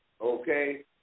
Okay